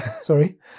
sorry